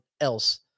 else